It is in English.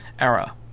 era